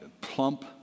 plump